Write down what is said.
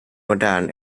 modern